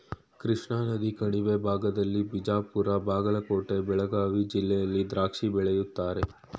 ಕೃಷ್ಣಾನದಿ ಕಣಿವೆ ಭಾಗದಲ್ಲಿ ಬಿಜಾಪುರ ಬಾಗಲಕೋಟೆ ಬೆಳಗಾವಿ ಜಿಲ್ಲೆಯಲ್ಲಿ ದ್ರಾಕ್ಷಿ ಬೆಳೀತಾರೆ